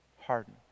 harden